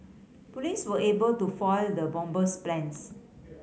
police were able to foil the bomber's plans